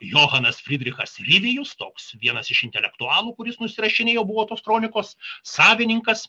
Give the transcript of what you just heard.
johanas fridrichas livijus toks vienas iš intelektualų kuris nusirašinėjo buvo tos kronikos savininkas